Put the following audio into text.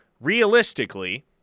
realistically